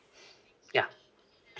ya